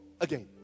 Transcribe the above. again